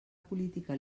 política